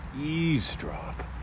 eavesdrop